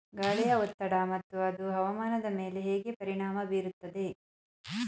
ಗಾಳಿಯ ಒತ್ತಡ ಮತ್ತು ಅದು ಹವಾಮಾನದ ಮೇಲೆ ಹೇಗೆ ಪರಿಣಾಮ ಬೀರುತ್ತದೆ?